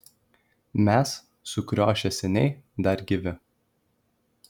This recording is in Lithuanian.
mes sukriošę seniai dar gyvi